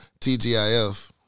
TGIF